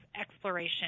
exploration